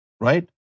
Right